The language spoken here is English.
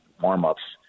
warm-up's